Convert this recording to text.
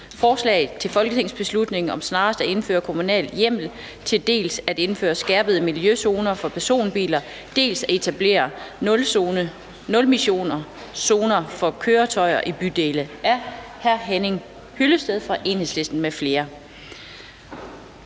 Forslag til folketingsbeslutning om snarest at indføre kommunal hjemmel til dels at indføre skærpede miljøzoner for personbiler, dels at etablere nulemissionszoner for køretøjer i bydele. Af Henning Hyllested (EL) m.fl.